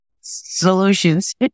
Solutions